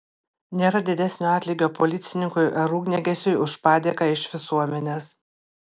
nėra didesnio atlygio policininkui ar ugniagesiui už padėką iš visuomenės